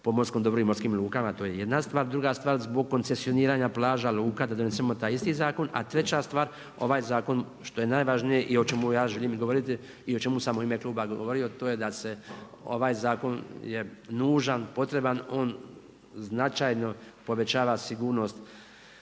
pomorskom dobru i morskim lukama to je jedna stvar. Druga stvar, zbog koncesioniranja plaža, luka da donesemo taj isti zakon. A treća stvar, ovaj zakon što je najvažnije i o čemu ja želim i govoriti i o čemu sam i u ime kluba govorio to je da se ovaj zakon je nužan, potreban, on značajno povećava sigurnost